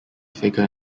figure